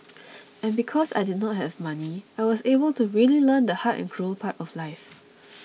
and because I did not have money I was able to really learn the hard and cruel part of life